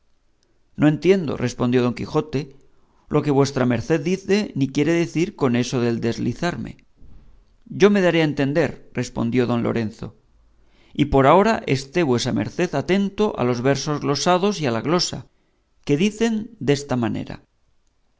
no entiendo respondió don quijote lo que vuestra merced dice ni quiere decir en eso del deslizarme yo me daré a entender respondió don lorenzo y por ahora esté vuesa merced atento a los versos glosados y a la glosa que dicen desta manera